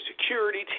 security